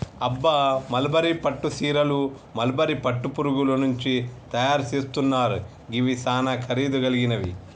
అబ్బ మల్బరీ పట్టు సీరలు మల్బరీ పట్టు పురుగుల నుంచి తయరు సేస్తున్నారు గివి సానా ఖరీదు గలిగినవి